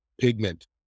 pigment